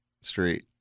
Street